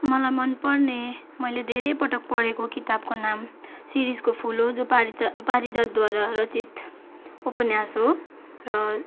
मलाई मनपर्ने मैले धेरै पटक पढेको किताबको नाम शिरीषको फुल हो जो पारिजात पारिजातद्वारा रचित उपन्यास हो र